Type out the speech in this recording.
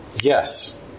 yes